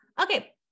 okay